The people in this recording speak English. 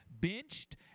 benched